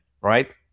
right